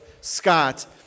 Scott